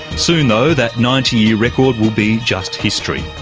soon though that ninety year record will be just history.